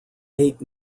eight